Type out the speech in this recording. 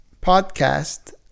podcast